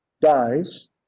dies